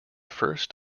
first